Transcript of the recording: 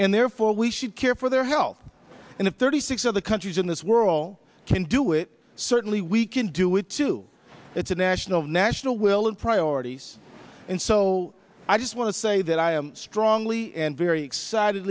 and therefore we should care for their health and if thirty six of the countries in this world can do it certainly we can do it too it's a national national will and priorities and so i just want to say that i am strongly and very excited